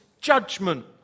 judgment